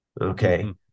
Okay